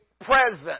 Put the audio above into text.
present